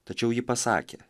tačiau ji pasakė